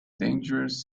dangerous